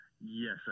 Yes